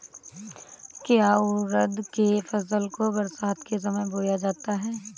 क्या उड़द की फसल को बरसात के समय बोया जाता है?